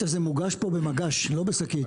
יש פה מסר לשוק,